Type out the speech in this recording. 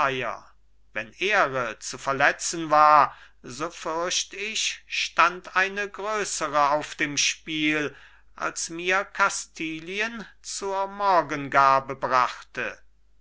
wenn ehre zu verletzen war so fürcht ich stand eine größre auf dem spiel als mir kastilien zur morgengabe brachte